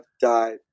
died